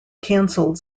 cancelled